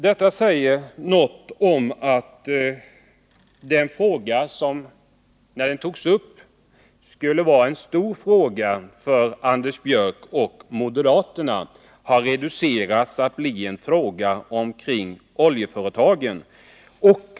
Detta säger något om att denna fråga — som när den togs upp skulle vara en stor fråga för Anders Björck och andra moderater — har reducerats till en fråga omoljeföretagen.